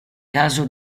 caso